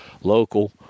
local